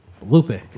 lupe